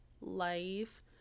life